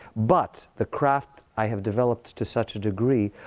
but the craft i have developed to such a degree,